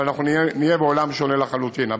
אבל אנחנו נהיה בעולם שונה לחלוטין.